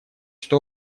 что